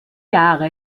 jahre